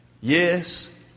yes